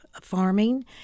farming